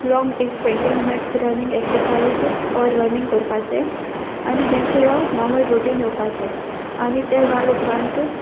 long एक twenty minutes running exercise or running कोरपाचें आनी back to your normal routine येवपाचे आनी ते जाल उपरांत